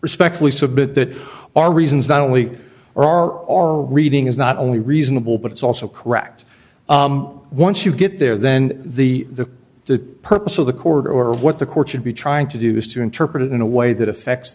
respectfully submit that our reasons not only are our reading is not only reasonable but it's also correct once you get there then the the the purpose of the court or what the court should be trying to do is to interpret it in a way that affects